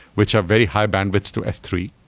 which are very high-bandwidth to s three.